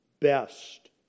best